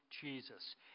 Jesus